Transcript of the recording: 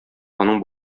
аның